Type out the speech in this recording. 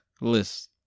list